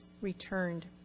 returned